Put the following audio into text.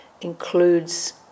includes